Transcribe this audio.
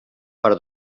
per